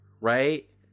right